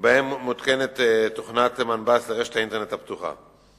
שבהן מותקנת תוכנת מנב"ס לרשת האינטרנט הפתוחה.